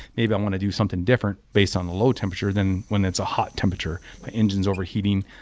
maybe i want to do something different based on the low temperature than when it's a hot temperature. my engine is overheating,